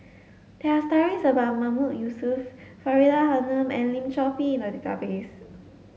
there are stories about Mahmood Yusof Faridah Hanum and Lim Chor Pee in the database